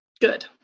Good